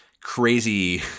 crazy